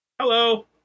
Hello